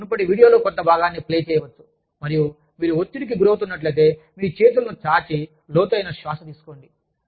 మీరు మునుపటి వీడియోలో కొంత భాగాన్ని ప్లే చేయవచ్చు మరియు మీరు ఒత్తిడికి గురవుతున్నట్లయితే మీ చేతులను చాచి లోతైన శ్వాస తీసుకోండి